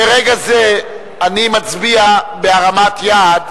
מרגע זה אני מצביע בהרמת יד,